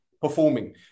performing